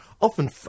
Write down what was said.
often